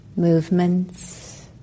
Movements